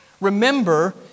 Remember